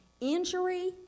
Injury